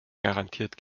garantiert